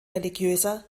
religiöser